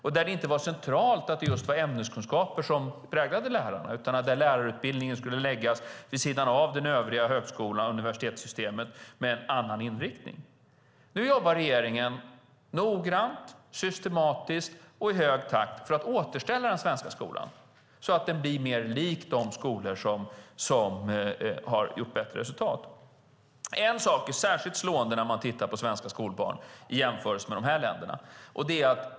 Där var det inte centralt att det just var ämneskunskaper som präglade lärarna utan lärarutbildningen skulle läggas vid sidan av den övriga högskolan och universitetssystemet med en annan inriktning. Nu jobbar regeringen noggrant, systematiskt och i hög takt för att återställa den svenska skolan så att den blir mer lik de skolor som har gjort bättre resultat. En sak är särskilt slående när man tittat på svenska skolbarn i jämförelse med barnen i dessa länder.